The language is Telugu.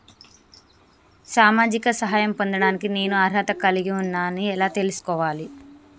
సామాజిక సహాయం పొందడానికి నేను అర్హత కలిగి ఉన్న అని ఎలా తెలుసుకోవాలి?